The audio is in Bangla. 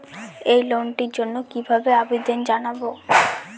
এই লোনটির জন্য কিভাবে আবেদন জানাবো?